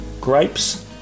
grapes